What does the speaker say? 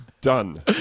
Done